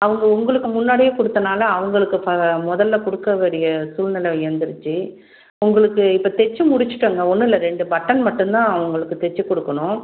அவங்க உங்களுக்கு முன்னாடியே கொடுத்தனால அவுங்களுக்கு மொதல்ல குடுக்கக்கூடிய சூழ்நில இருந்துடுச்சு உங்களுக்கு இப்போ தைச்சு முடிச்சுட்டாங்க ஒன்னுமல்ல ரெண்டு பட்டன் மட்டும்தான் உங்களுக்கு தைச்சு கொடுக்கணும்